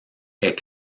est